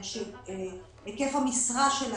אתה אומר שיש טענות שלא הגיע הכסף למקום אליו הוא צריך להגיע,